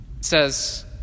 says